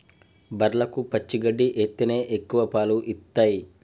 బర్లకు పచ్చి గడ్డి ఎత్తేనే ఎక్కువ పాలు ఇత్తయ్